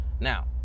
Now